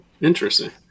Interesting